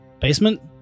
Basement